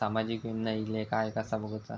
सामाजिक योजना इले काय कसा बघुचा?